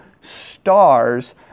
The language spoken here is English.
stars